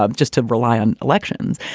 um just to rely on elections.